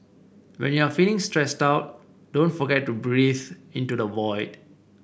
when you are feeling stressed out don't forget to breathe into the void